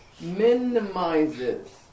minimizes